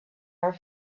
are